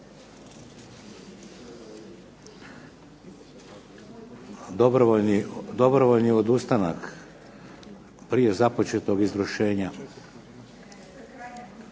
Dobrovoljni odustanak prije započetog izvršenja.